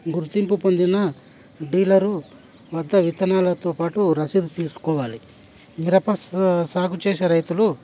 గుర్తింపు పొందిన డీలరు వద్ద విత్తనాలతో పాటు రసీదు తీసుకోవాలి మిరప సాగు చేసే రైతులు